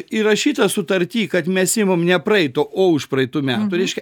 įrašyta sutarty kad mes imam ne praeitų o užpraeitų metų reiškia